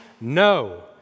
No